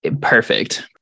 perfect